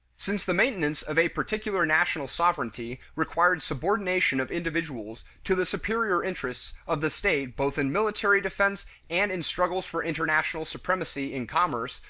since the maintenance of a particular national sovereignty required subordination of individuals to the superior interests of the state both in military defense and in struggles for international supremacy in commerce,